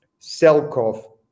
Selkov